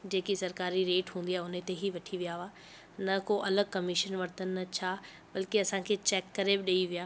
जेकी सरकारी रेट हूंदी आहे त हुन ते ही वठी विया हुआ न को अलॻि कमीशन वरितनि या छा बल्कि असांखे चैक करे बि ॾेई विया